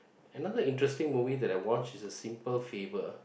another interesting movie that I watched is a Simple Favor